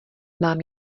mám